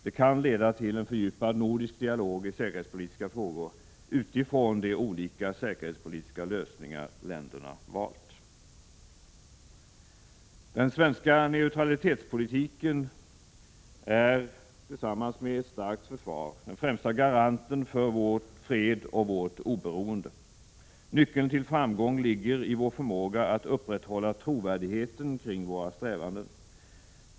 Det kan leda till en fördjupad nordisk dialog i säkerhetspolitiska frågor utifrån de olika säkerhetspolitiska lösningar länderna har valt. Den svenska neutralitetspolitiken är, tillsammans med ett starkt försvar, den främsta garanten för vår fred och vårt oberoende. Nyckeln till framgång ligger i vår förmåga att upprätthålla trovärdigheten kring våra strävanden.